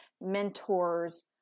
mentors